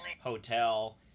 hotel